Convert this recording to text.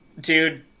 Dude